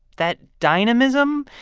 that dynamism,